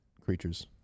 creatures